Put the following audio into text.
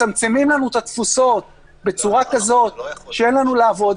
מצמצמים לנו את התפוסות בצורה כזאת שאין לנו איך לעבוד,